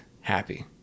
happy